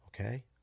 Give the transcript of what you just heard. Okay